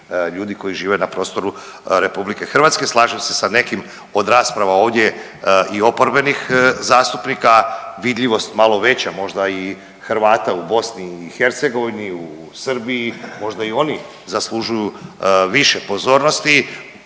ljudi koji žive na prostoru RH. Slažem se sa nekim od rasprava ovdje i oporbenih zastupnika, vidljivost malo veća možda i Hrvata u BiH u Srbiji, možda i oni zaslužuju više pozornosti,